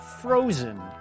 frozen